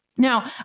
Now